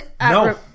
no